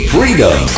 Freedom